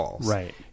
Right